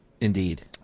Indeed